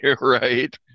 Right